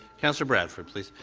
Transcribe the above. counsellor bradford, please.